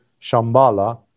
Shambhala